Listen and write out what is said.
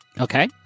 Okay